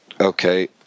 okay